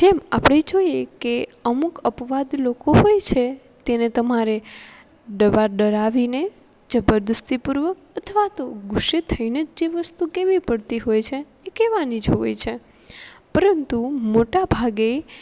જેમ આપણે જોઇએ કે અમુક અપવાદ લોકો હોય છે તેને તમારે ડરાવીને જબરદસ્તી પૂર્વક અથવા તો ગુસ્સે થઇને જ જે વસ્તુ કહેવી પડતી હોય છે એ કહેવાની જ હોય છે પરંતુ મોટા ભાગે